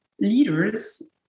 leaders